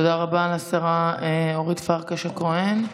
תודה רבה לשרה אורית פרקש הכהן.